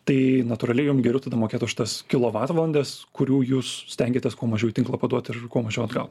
tai natūraliai jum geriau tada mokėt už tas kilovatvalandes kurių jūs stengiatės kuo mažiau į tinklą paduot ir kuo mažiau atgal